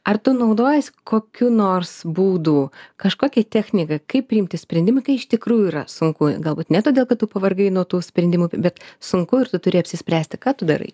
ar tu naudojies kokiu nors būdu kažkokia technika kaip priimti sprendimą kai iš tikrųjų yra sunku galbūt ne todėl kad tu pavargai nuo tų sprendimų bet sunku ir tu turi apsispręsti ką tu darai